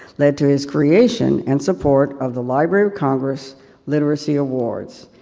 let to his creation and support of the library of congress literacy awards.